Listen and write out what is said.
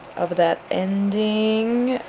of that ending,